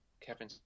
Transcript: kevin